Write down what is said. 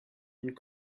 und